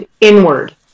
inward